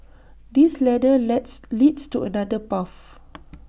this ladder lets leads to another path